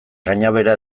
kanabera